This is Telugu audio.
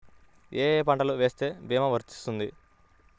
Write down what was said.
ఏ ఏ పంటలు వేస్తే భీమా వర్తిస్తుంది?